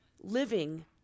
living